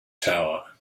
tower